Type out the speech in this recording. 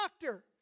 doctor